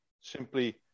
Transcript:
simply